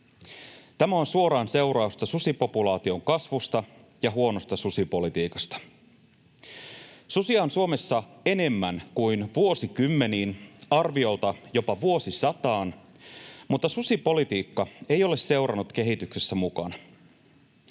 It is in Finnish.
Tämä on suoraan seurausta susipopulaation kasvusta ja huonosta susipolitiikasta. Susia on Suomessa enemmän kuin vuosikymmeniin, arviolta jopa vuosisataan, mutta susipolitiikka ei ole seurannut kehityksessä mukana.